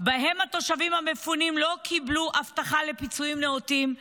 שבהם התושבים המפונים לא קיבלו הבטחה לפיצויים נאותים,